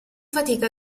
fatica